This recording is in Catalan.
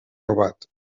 robat